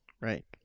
right